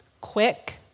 quick